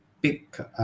big